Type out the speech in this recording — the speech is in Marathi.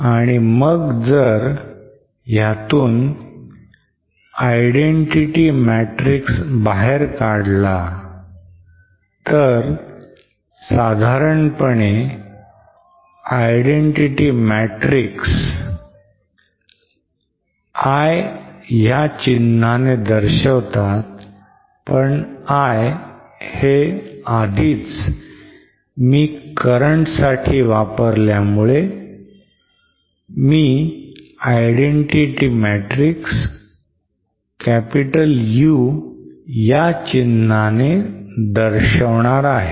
आणि मग जर ह्यातून identity matrix बाहेर काढला तर साधारणपणे identity matrix 'I' ह्या चिन्हाने दर्शवितात पण 'I' हे आधीच मी current साठी वापरल्यामुळे मी identity matrix 'U' चिन्हाने दाखवणार आहे